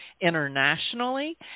internationally